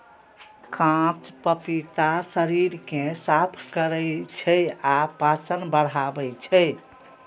कांच पपीता शरीर कें साफ करै छै आ पाचन बढ़ाबै छै